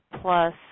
plus